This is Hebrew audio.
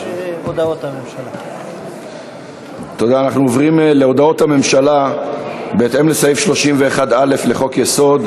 אנחנו עוברים להודעות הממשלה בהתאם לסעיף 31(א) לחוק-יסוד: